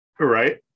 right